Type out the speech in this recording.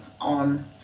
on